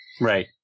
Right